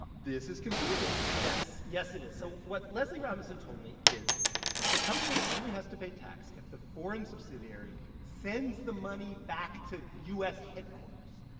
but this is confusing yes. yes, it is. so what leslie robinson told me is the company only has to pay tax if the foreign subsidiary sends the money back to u s. headquarters.